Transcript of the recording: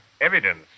evidence